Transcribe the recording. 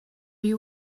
you